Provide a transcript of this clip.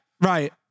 right